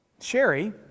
Sherry